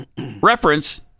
reference